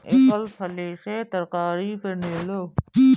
एकर फली से तरकारी बनेला